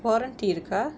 warranty இருக்கா:irukkaa